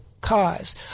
cause